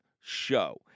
show